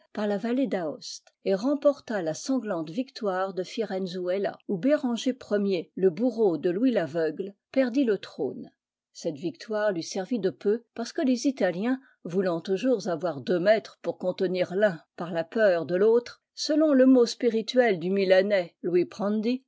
la vallée d'aostc et remporta la sanglante victoire de firenzuola où béranger i le bourreau de louis l'aveugle perdit le trône cette victoire lui servit de peu parce que les italiens voulant toujours avoir deux maîtres pour contenir l'un par la peur de l'autre selon le mot spirituel du milanais